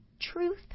truth